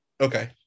Okay